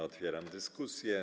Otwieram dyskusję.